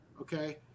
okay